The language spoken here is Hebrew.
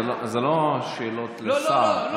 זה לא שאלות לשר,